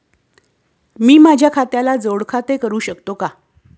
मी माझ्या खात्याला जोड खाते करू शकतो का?